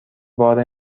بار